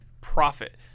profit